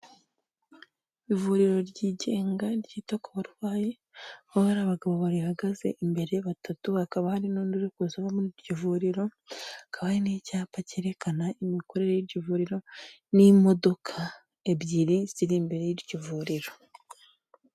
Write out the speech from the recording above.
Ivuriro ryigenga ryita ku barwayi, aho hari abagabo barihagaze imbere batatu, hakaba hari n'undi uri kuza uba muri iryo vuriro; hakaba n'icyapa cyerekana imikorere y'iryo vuriro n'imodoka ebyiri ziri imbere y'iryo vuriro.